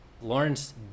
Lawrence